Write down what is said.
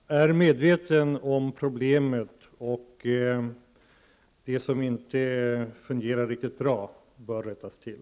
Herr talman! Jag är medveten om problemet. Det som inte fungerar riktigt bra bör rättas till.